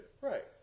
Right